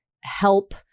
help